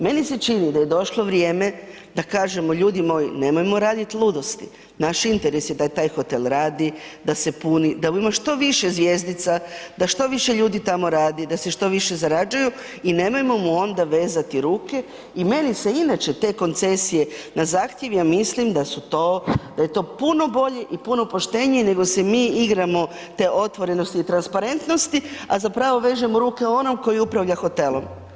Meni se čini da je došlo vrijeme da kažemo ljudi moji nemojmo radit ludosti, naš interes je da taj hotel radi, da se puni, da ima što više zvjezdica, da što više ljudi tamo radi, da se što više zarađuju i nemojmo mu onda vezati ruke i meni se inače te koncesije na zahtjev, ja mislim da su to, da je to puno bolje i puno poštenije nego se mi igramo te otvorenosti i transparentnosti, a zapravo vežemo ruke onom koji upravlja hotelom.